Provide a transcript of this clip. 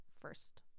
first